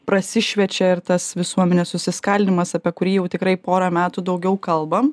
prasišviečia ir tas visuomenės susiskaldymas apie kurį jau tikrai porą metų daugiau kalbam